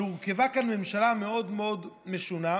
אבל הורכבה כאן ממשלה מאוד מאוד משונה,